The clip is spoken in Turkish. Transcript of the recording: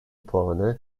puanı